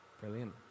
Brilliant